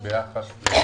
למה אתה צריך להתייחס לזה?